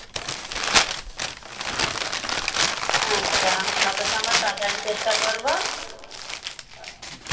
আচ্ছা আমি যত সম্ভব তাড়াতাড়ি চেষ্টা করবো